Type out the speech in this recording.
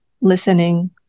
listening